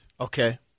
Okay